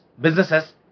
businesses